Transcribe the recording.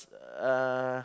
uh